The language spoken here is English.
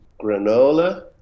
Granola